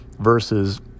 versus